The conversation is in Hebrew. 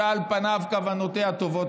שעל פניו כוונותיה טובות,